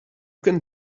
can